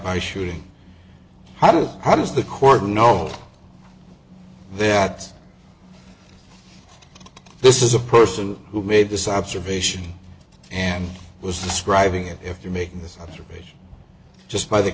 by shooting how does how does the court know that this is a person who made this observation and was describing it if you're making this observation just by the